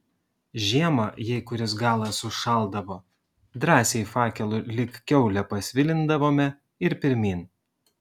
žiemą jei kuris galas užšaldavo drąsiai fakelu lyg kiaulę pasvilindavome ir pirmyn